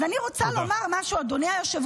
אז אני רוצה לומר משהו, אדוני היושב-ראש.